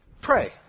Pray